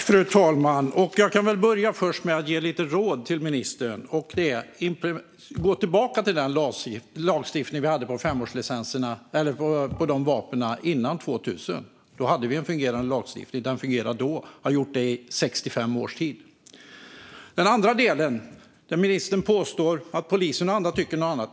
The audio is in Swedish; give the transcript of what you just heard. Fru talman! Låt mig börja med att ge ministern ett råd: Gå tillbaka till den lagstiftning vi hade för dessa vapen innan 2000! Den lagstiftningen fungerade då och hade gjort det i 65 år. Ministern påstår att bland andra polisen tycker något annat.